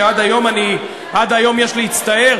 שעד היום יש להצטער,